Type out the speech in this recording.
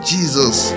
Jesus